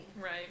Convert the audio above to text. Right